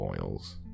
oils